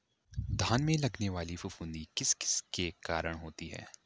धान में लगने वाली फफूंदी किस किस के कारण होती है?